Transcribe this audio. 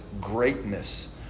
greatness